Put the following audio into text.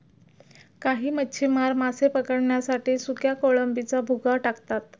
काही मच्छीमार मासे पकडण्यासाठी सुक्या कोळंबीचा भुगा टाकतात